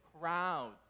crowds